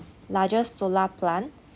largest solar plant